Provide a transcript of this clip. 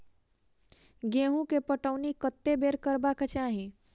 गेंहूँ केँ पटौनी कत्ते बेर करबाक चाहि?